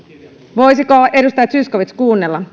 voisiko edustaja zyskowicz kuunnella